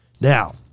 Now